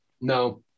No